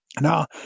Now